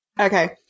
okay